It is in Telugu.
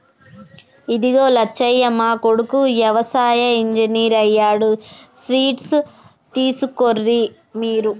ఇదిగో లచ్చయ్య మా కొడుకు యవసాయ ఇంజనీర్ అయ్యాడు స్వీట్స్ తీసుకోర్రి మీరు